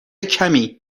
کمی